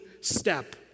step